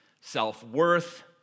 self-worth